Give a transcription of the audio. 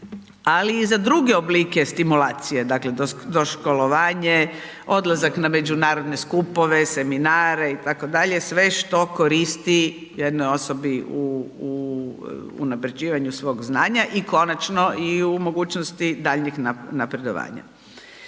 ali i za druge oblike stimulacije, dakle doškolovanje, odlazak na međunarodne skupove, seminare itd., sve što koristi jednoj osobi u unapređivanju svog znanja i konačno i u mogućnosti daljnjeg napredovanja.